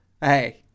Hey